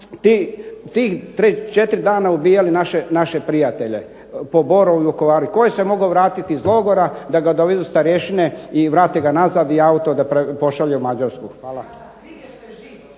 tih 3, 4 dana ubijali naše prijatelje po Borovu i Vukovaru. I tko je se mogao vratiti iz logora da ga dovedu starješine i vrate ga nazad i auto da pošalju u Mađarsku. Hvala.